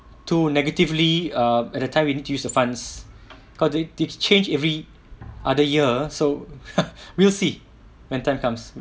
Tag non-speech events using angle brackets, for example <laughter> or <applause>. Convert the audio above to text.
too negatively err at a time we need to use the funds cause they they've change every other year so <laughs> we'll see when time comes